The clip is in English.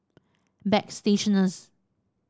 bagstationz